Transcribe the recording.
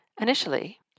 Initially